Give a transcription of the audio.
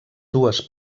dues